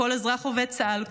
כל אזרח עובד צה"ל,